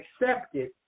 accepted